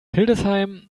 hildesheim